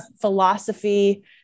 philosophy